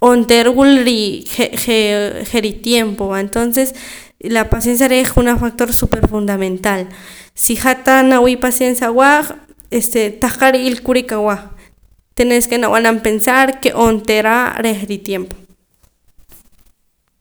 onteera wula rii je' je' ritiempo va entonces la paciencia re' junaj factor súper fundamental si hat tah nawii' paciencia awah este tahqa' ri'ila kurik awah tenés ke nab'anam pensar ke onteera reh ritiempo